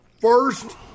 first